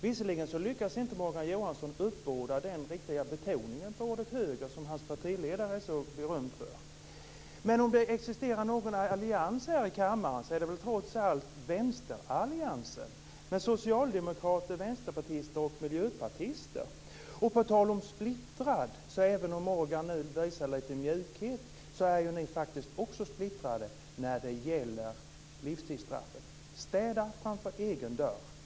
Visserligen lyckas inte Morgan Johansson uppbåda den riktiga betoningen på ordet höger som hans partiledare är så berömd för, men om det existerar någon allians här i kammaren är det trots allt vänsteralliansen, dvs. socialdemokrater, vänsterpartister och miljöpartister. Även om Morgan Johansson visar lite mjukhet, är ni också splittrade i frågan om livstidsstraffet. Städa framför egen dörr.